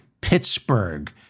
Pittsburgh